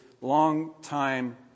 long-time